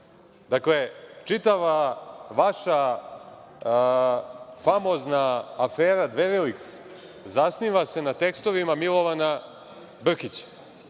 izbora. Dakle, čitava vaša famozna afera „Dveriliks“ zasniva se na tekstovima Milovana Brkića,